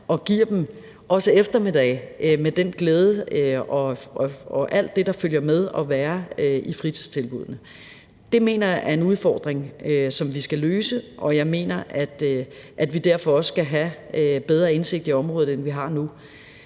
også giver dem eftermiddage med den glæde og med alt det, der følger med at være i fritidstilbuddene. Det mener jeg er en udfordring, som vi skal løse. Jeg mener, at vi derfor også skal have en bedre indsigt i området, end vi har nu.